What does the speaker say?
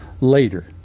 later